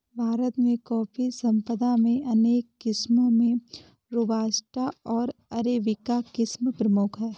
भारत में कॉफ़ी संपदा में अनेक किस्मो में रोबस्टा ओर अरेबिका किस्म प्रमुख है